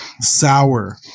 sour